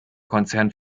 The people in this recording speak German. konzern